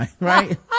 Right